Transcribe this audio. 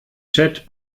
chat